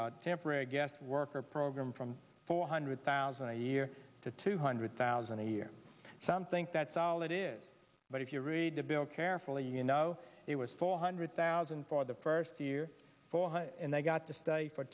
a temporary guest worker program from four hundred thousand a year to two hundred thousand a year some think that's all it is but if you read the bill carefully you know it was four hundred thousand for the first year for him and they got to stay for